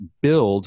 build